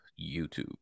youtube